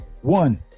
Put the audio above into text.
One